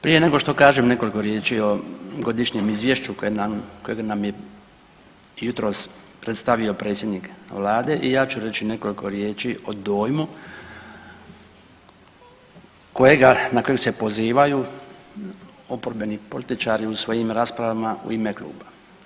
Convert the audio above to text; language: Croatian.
Prije nego što kažem nekoliko riječi o Godišnjem izvješću kojeg nam je jutros predstavio predsjednik Vlade, i ja ću reći nekoliko riječi o dojmu kojega, na kojeg se pozivaju oporbeni političari u svojim raspravama u ime kluba.